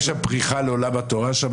יש פריחה לעולם התורה שם,